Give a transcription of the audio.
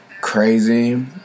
crazy